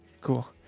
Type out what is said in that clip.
cool